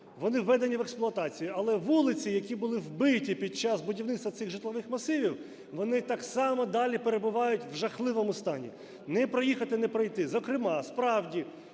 вони введені в експлуатацію. Але вулиці, які були вбиті під час будівництва цих житлових масивів, вони так само далі перебувають в жахливому стані, не проїхати, не пройти. Зокрема, справді,